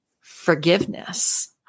forgiveness